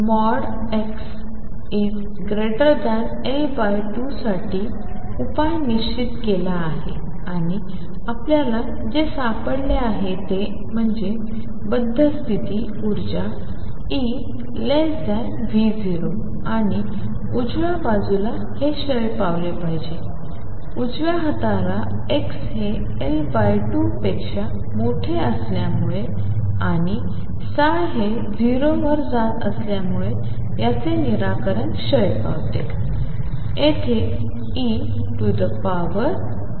म्हणूनमी xL2 साठी उपाय निश्चित केला आहे आणि आपल्याला जे सापडले आहे ते म्हणजे बद्ध स्तिथी ऊर्जा EV0 आणि उजव्या बाजूला हे क्षय पावले पाहिजे उजव्या हाताला x हे L2 पेक्षा मोठे असल्यामुळे आणि हे 0 वर जात असल्यामुळे याचे निराकरण क्षय पावते